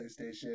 playstation